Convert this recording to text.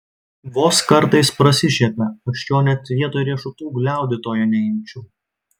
vos kartais prasišiepia aš jo net vietoj riešutų gliaudytojo neimčiau